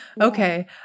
Okay